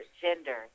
gender